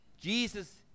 Jesus